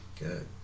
Good